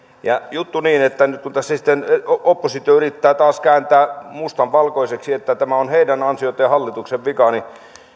ja juttu on niin että nyt kun tässä sitten oppositio yrittää taas kääntää mustan valkoiseksi että tämä on heidän ansiotaan ja hallituksen vika niin